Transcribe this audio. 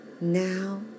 now